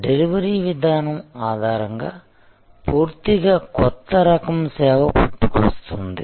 delivery విధానం ఆధారంగా పూర్తిగా కొత్త రకం సేవ పుట్టుకొస్తోంది